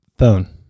phone